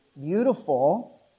beautiful